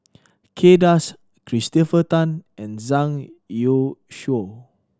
Kay Das Christopher Tan and Zhang Youshuo